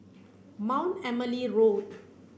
Mount Emily Road